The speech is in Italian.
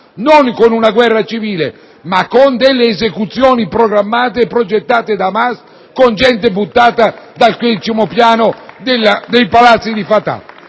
non con una guerra civile, ma con esecuzioni programmate e progettate da Hamas con gente buttata dal decimo piano dei palazzi di Fatah.